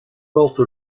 porte